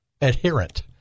adherent